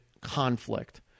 conflict